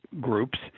groups